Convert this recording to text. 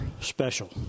special